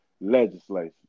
legislation